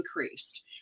increased